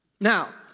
Now